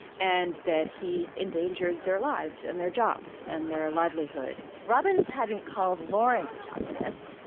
and that he endangered their lives and their jobs and their livelihood robbins hadn't called lawrence a communist,